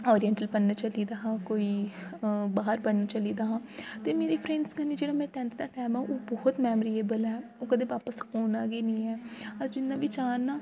oriental च पढ़न चली गेदा हा कोई बाह्र पढ़न चली गेदा हा ते मेरी फ्रेंड्स कन्नै जेह्ड़ा मेरा टेंथ दा टैम हा ओह् बोह्त मेमोरेबल ऐ ओह् कदे बापस औना गै नि ऐ अस जिन्ना बी चाह्न ना